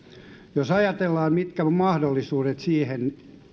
jos ajatellaan mitkä ovat mahdollisuudet siihen